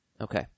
Okay